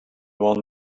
one